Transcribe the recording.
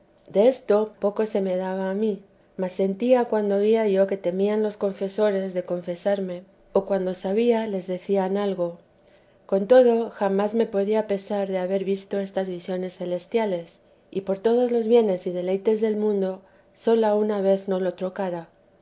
personas desto poco se me daba a mí más sentía cuando veía yo que temían los confesores de confesarme o cuando sabía les decían algo con todo jamás me podía pesar de haber visto estas visiones celestiales y por todos los bienes y deleites del mundo sola una vez no lo trocara